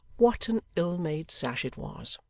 what an ill-made sash it was!